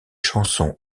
chansons